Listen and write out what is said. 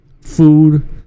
food